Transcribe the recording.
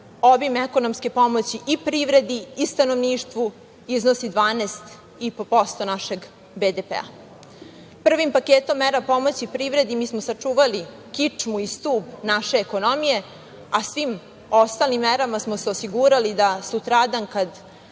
obim ekonomske pomoći i privredi i stanovništvu iznosi 12,5% našeg BDP-a. Prvim paketom mera pomoći privredi mi smo sačuvali kičmu i stub naše ekonomije, a svim ostalim merama smo se osigurali da sutradan kada